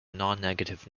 nonnegative